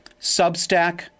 Substack